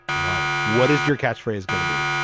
right. what is your catchphrase gonna be